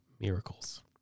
miracles